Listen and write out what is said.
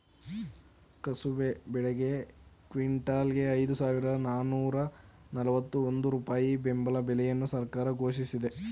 ಕುಸುಬೆ ಬೆಳೆಗೆ ಕ್ವಿಂಟಲ್ಗೆ ಐದು ಸಾವಿರದ ನಾನೂರ ನಲ್ವತ್ತ ಒಂದು ರೂಪಾಯಿ ಬೆಂಬಲ ಬೆಲೆಯನ್ನು ಸರ್ಕಾರ ಘೋಷಿಸಿದೆ